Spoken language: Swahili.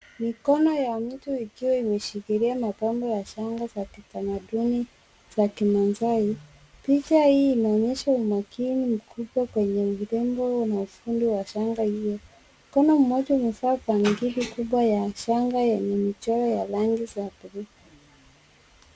Mikono ya mtu ikiwa imeshikilia mapambo ya shanga za kikamaduni za kimaasai. Picha hii inaonyesha umakini mkubwa kwenye urembo na ufundi wa shanga hiyo. Mkono mmoja umevaa bangili kubwa ya shanga yenye michoro ya rangi ya bluu.